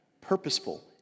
Purposeful